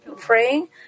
praying